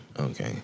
Okay